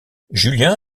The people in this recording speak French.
julien